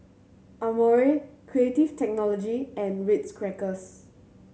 Amore Creative Technology and Ritz Crackers